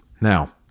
Now